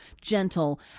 gentle